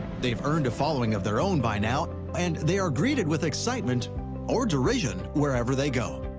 they've earned a following of their own by now, and they are greeted with excitement or derision wherever they go.